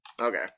Okay